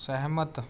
ਸਹਿਮਤ